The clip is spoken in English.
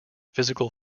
physical